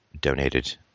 donated